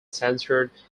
censored